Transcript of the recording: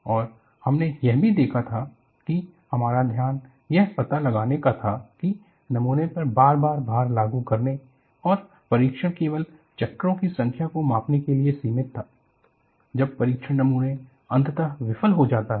और हमने यह भी देखा था की हमारा ध्यान यह पता लगाने का था कि नमूने पर बार बार भार लागू करने और परीक्षण केवल चक्रों की संख्या को मापने के लिए सीमित था जब परीक्षण नमूना अंततः विफल हो जाता है